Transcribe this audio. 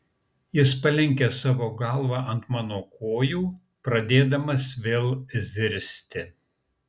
jis palenkė savo galvą ant mano kojų pradėdamas vėl zirzti